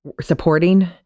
supporting